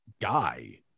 guy